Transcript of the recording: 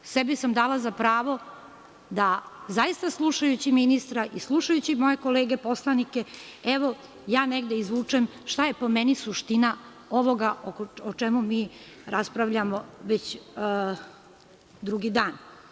Sebi sam dala za pravo da zaista slušajući ministra i slušajući moje kolege poslanike, evo, ja negde izvučem šta je, po meni, suština ovoga o čemu mi raspravljamo već drugi dan.